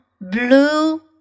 blue